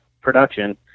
production